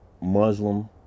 Muslim